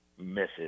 misses